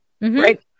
right